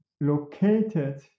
located